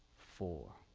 four.